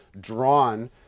drawn